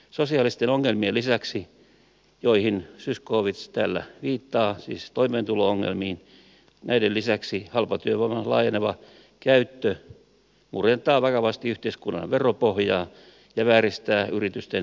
sosiaalisten ongelmien lisäksi joihin zyskowicz täällä viittaa siis toimeentulo ongelmiin halpatyövoiman laajeneva käyttö murentaa vakavasti yhteiskunnan veropohjaa ja vääristää yritysten kilpailutilanteen